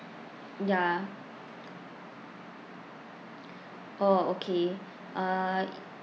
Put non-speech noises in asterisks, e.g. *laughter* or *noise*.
ya *noise* orh okay uh